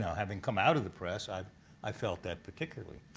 having come out of the press, i i felt that particularly.